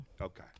Okay